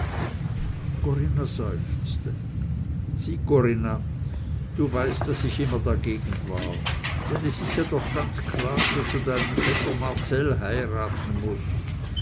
corinna seufzte sieh corinna du weißt daß ich immer dagegen war denn es is ja doch ganz klar daß du deinen vetter marcell heiraten mußt